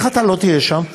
איך אתה לא תהיה שם?